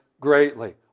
greatly